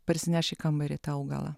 parsineš į kambarį tą augalą